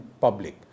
public